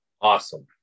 Awesome